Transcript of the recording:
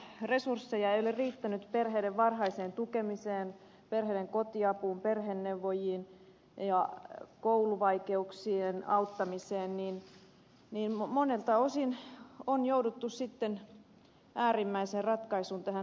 kun resursseja ei ole riittänyt perheiden varhaiseen tukemiseen perheiden kotiapuun perheneuvojiin ja kouluvaikeuksien auttamiseen niin monelta osin on jouduttu sitten äärimmäiseen ratkaisuun tähän huostaanottoon